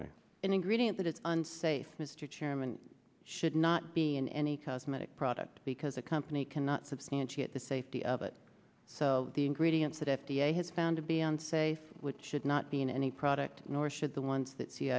y in ingredient that is unsafe mr chairman should not be in any cosmetic product because a company cannot substantiate the safety of it so the ingredients that f d a has found to be unsafe should not be in any product nor should the ones that c